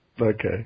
okay